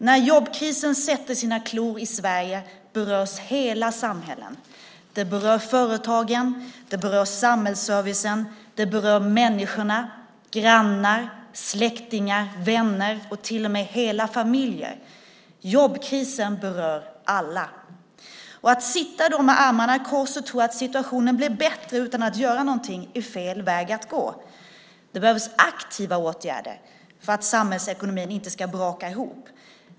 När jobbkrisen sätter sina klor i Sverige berörs hela samhällen. Det berör företagen. Det berör samhällsservicen. Det berör människorna - grannar, släktingar, vänner och till och med hela familjer. Jobbkrisen berör alla. Att då sitta med armarna i kors och tro att situationen blir bättre utan att göra någonting är fel väg att gå. Det behövs aktiva åtgärder för att samhällsekonomin inte ska braka ihop.